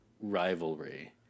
rivalry